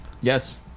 Yes